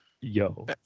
yo